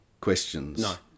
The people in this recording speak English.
questions